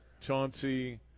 Chauncey